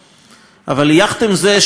אבל יחד עם זה שלא הופתענו,